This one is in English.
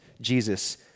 Jesus